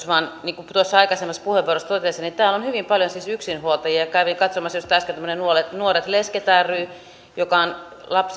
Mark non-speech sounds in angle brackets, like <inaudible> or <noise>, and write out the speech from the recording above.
<unintelligible> vaan niin kuin tuossa aikaisemmassa puheenvuorossa totesin on siis hyvin paljon yksinhuoltajia joita tämä koskee ja kävin katsomassa just äsken tämmöistä nuoret nuoret lesket rytä joka on